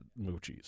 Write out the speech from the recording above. moochies